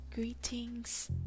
Greetings